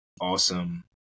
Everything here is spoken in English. awesome